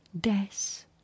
death